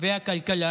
והכלכלה